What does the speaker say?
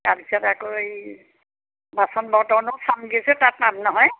তাৰ পিছত আকৌ এই বাচন বৰ্তনো চামগৈচোন তাত পাম নহয়